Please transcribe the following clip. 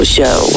Show